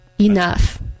Enough